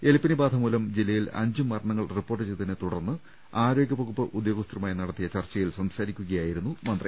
എലിപ്പനി ബാധമൂലം ജില്ലയിൽ അഞ്ച് മര ണങ്ങൾ റിപ്പോർട്ട് ചെയ്തതിനെ തുടർന്ന് ആരോഗ്യവകുപ്പ് ഉദ്യോഗസ്ഥരു മായി നടത്തിയ ചർച്ചയിൽ സംസാരിക്കുകയായിരുന്നു മന്ത്രി